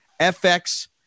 FX